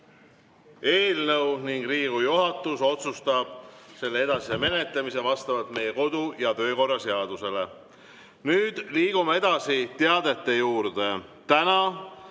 eelnõu. Riigikogu juhatus otsustab selle edasise menetlemise vastavalt meie kodu‑ ja töökorra seadusele. Liigume edasi teadete juurde.